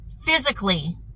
physically